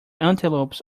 antelopes